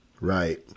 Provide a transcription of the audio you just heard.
Right